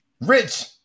rich